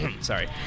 Sorry